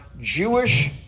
Jewish